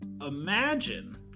imagine